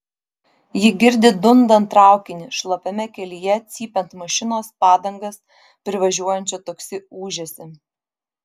ji girdi dundant traukinį šlapiame kelyje cypiant mašinos padangas privažiuojančio taksi ūžesį